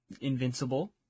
Invincible